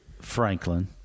Franklin